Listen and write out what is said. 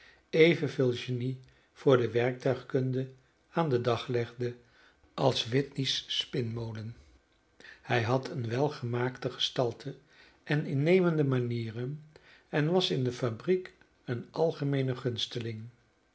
evenveel genie voor de werktuigkunde aan den dag legde als whitney's spinmolen hij had eene welgemaakte gestalte en innemende manieren en was in de fabriek een algemeene gunsteling